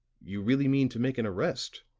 you really mean to make an arrest?